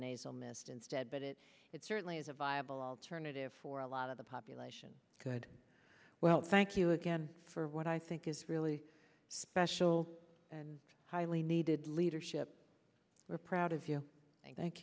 nasal mist instead but it it certainly is a viable alternative for a lot of the population could well thank you again for what i think is really special and highly needed leadership we're proud of you and thank